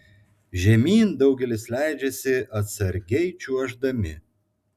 žemyn daugelis leidžiasi atsargiai čiuoždami